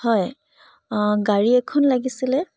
হয় গাড়ী এখন লাগিছিলে